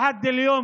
אבל החברה,